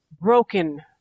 broken